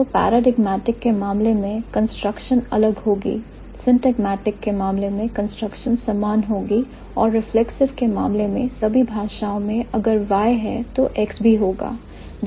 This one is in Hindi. तो paradigmatic के मामले में कंस्ट्रक्शन अलग होंगी syntagmatic के मामले में कंस्ट्रक्शनस समान होंगी और reflexive के मामले में सभी भाषाओं में अगर Y है तो X भी होगा